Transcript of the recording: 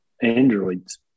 Androids